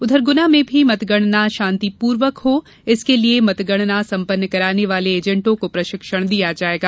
उधर गुना में भी मतगणना शांतिपूर्वक हो इसके लिये मतगणना संपन्न कराने वाले एजेंटों को प्रशिक्षण दिया जायेगा